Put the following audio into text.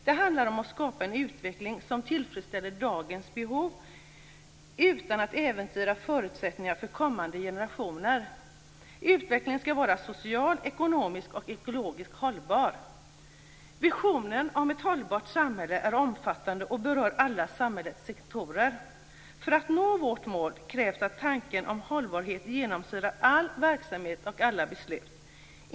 Det handlar om att skapa en utveckling som tillfredsställer dagens behov utan att äventyra förutsättningarna för kommande generationer. Utvecklingen skall vara socialt, ekonomiskt och ekologiskt hållbar. Visionen om ett hållbart samhälle är omfattande och berör alla samhällets sektorer. För att nå vårt mål krävs att tanken om hållbarhet genomsyrar all verksamhet och alla beslut.